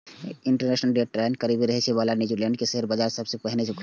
international date line के करीब रहै बला न्यूजीलैंड के शेयर बाजार सबसं पहिने खुलै छै